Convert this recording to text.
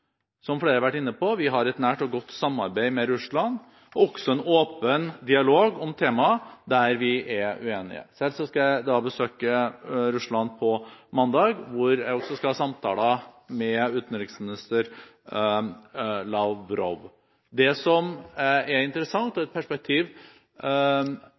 Som flere har vært inne på, har vi et nært og godt samarbeid med Russland og også en åpen dialog om tema der vi er uenige. Selv skal jeg besøke Russland på mandag, og da skal jeg også ha samtaler med utenriksminister Lavrov. Et interessant perspektiv som det er